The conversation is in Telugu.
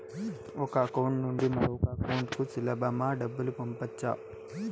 ఒక అకౌంట్ నుండి మరొక అకౌంట్ కు సులభమా డబ్బులు పంపొచ్చా